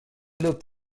looked